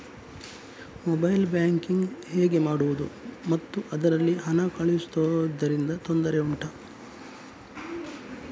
mobile banking ಹೇಗೆ ಮಾಡುವುದು ಮತ್ತು ಅದರಲ್ಲಿ ಹಣ ಕಳುಹಿಸೂದರಿಂದ ತೊಂದರೆ ಉಂಟಾ